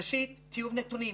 ראשית, טיוב נתונים.